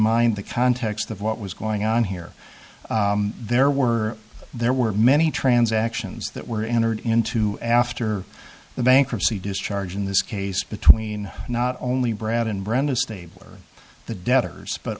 mind the context of what was going on here there were there were many transactions that were entered into after the bankruptcy discharge in this case between not only brad and brenda stabler the debtors but